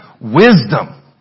wisdom